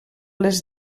les